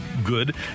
good